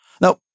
Now